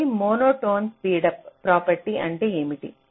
కాబట్టి monotone speedup property అంటే ఏమిటి